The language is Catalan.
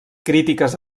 crítiques